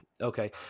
Okay